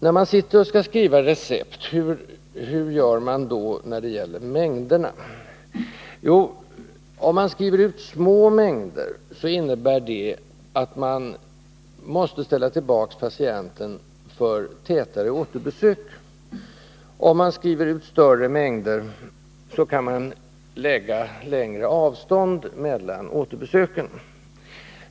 När man nu skall skriva recept, hur gör man då när det gäller mängderna? Jo, om man skriver ut små mängder innebär det att man måste kalla tillbaka patienten för tätare återbesök. Om man skriver ut större mängder kan man lägga längre avstånd mellan återbesöken.